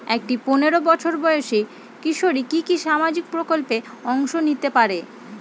একটি পোনেরো বছর বয়সি কিশোরী কি কি সামাজিক প্রকল্পে অংশ নিতে পারে?